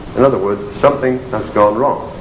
in other words, something has gone wrong.